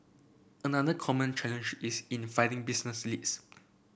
another common challenge is in finding business leads